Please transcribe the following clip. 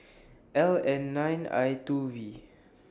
L N nine I two V